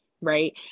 Right